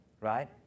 right